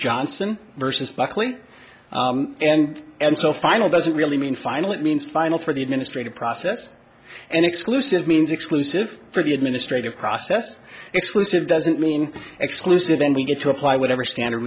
johnson versus buckley and so final doesn't really mean final it means final for the administrative process and exclusive means exclusive for the administrative process exclusive doesn't mean exclusive then we get to apply whatever standard